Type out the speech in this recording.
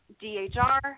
DHR